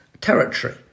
territory